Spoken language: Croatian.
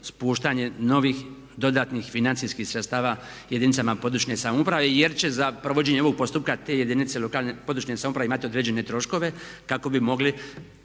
spuštanje novih dodatnih financijskih sredstava jedinicama područne samouprave, jer će za provođenje ovog postupka te jedinice lokalne, područne samouprave imati određene troškove kako bi mogli